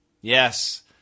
Yes